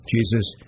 Jesus